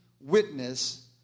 witness